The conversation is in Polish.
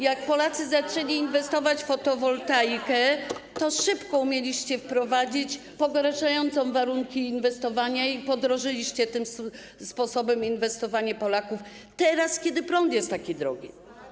Jak Polacy zaczęli inwestować w fotowoltaikę, to szybko umieliście wprowadzić zmiany pogarszające warunki inwestowania i podrożyliście tym sposobem inwestowanie Polaków, teraz kiedy prąd jest taki drogi.